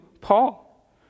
Paul